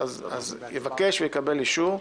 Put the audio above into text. יבקש ויקבל אישור.